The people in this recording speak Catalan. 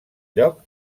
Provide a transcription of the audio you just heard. lloc